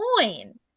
coin